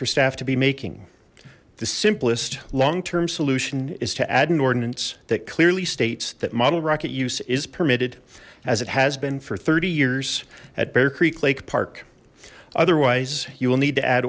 for staff to be making the simplest long term solution is to add an ordinance that clearly states that model rocket use is permitted as it has been for thirty years at bear creek lake park otherwise you will need to add